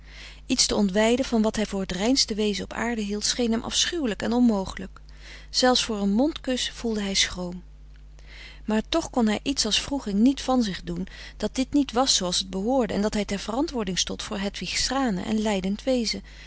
iets te ontwijden van wat hij voor t reinste wezen op aarde hield scheen hem afschuwelijk en onmogelijk zelfs voor een mond kus voelde hij schroom maar toch kon hij iets als wroeging niet van zich doen dat dit niet was zooals t behoorde en dat hij ter verantwoording stond voor hedwigs tranen en lijdend wezen